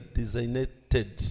designated